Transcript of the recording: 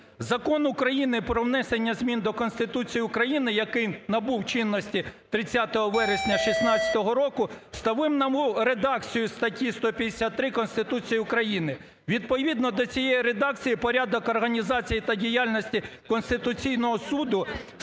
Закон України "Про внесення змін до Конституції України", який набув чинності 30 вересня 2016 року, встановив нову редакцію статті 153 Конституції України. Відповідно до цієї редакції порядок організації та діяльності Конституційного Суду,